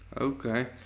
Okay